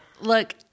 look